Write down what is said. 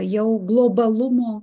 jau globalumo